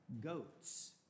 goats